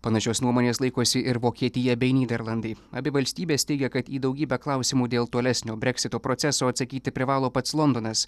panašios nuomonės laikosi ir vokietija bei nyderlandai abi valstybės teigia kad į daugybę klausimų dėl tolesnio breksito proceso atsakyti privalo pats londonas